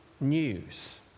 news